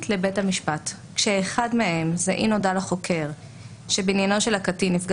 לבית המשפט כאשר אחד מהם הוא אם נודע לחוקר שבעניינו של הקטין נפגע